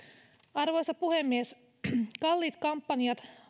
arvoisa puhemies kalliit kampanjat